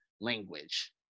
language